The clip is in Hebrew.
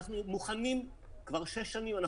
אנחנו מוכנים כבר שש שנים.